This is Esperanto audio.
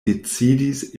decidis